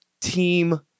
team